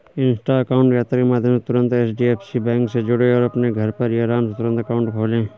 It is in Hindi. इंस्टा अकाउंट यात्रा के माध्यम से तुरंत एच.डी.एफ.सी बैंक से जुड़ें और अपने घर पर ही आराम से तुरंत अकाउंट खोले